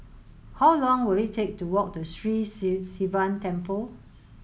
how long will it take to walk to Sri Sivan Temple